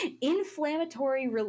inflammatory